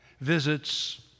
visits